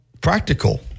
practical